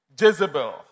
Jezebel